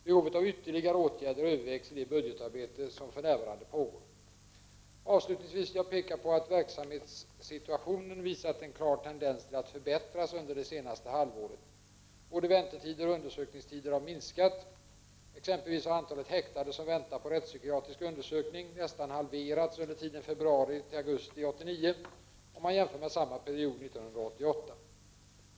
Behovet av ytterligare åtgärder övervägs i det budgetarbete som för närvarande pågår. Avslutningsvis vill jag peka på att verksamhetssituationen visat en klar tendens att förbättras under det senaste halvåret. Både väntetider och undersökningstider har minskat. Exempelvis har antalet häktade som väntar på rättspsykiatrisk undersökning nästan halverats under tiden februari —augusti 1989 om man jämför med samma period 1988.